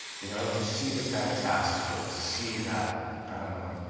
you know, to see the fantastical. to see that i don't know.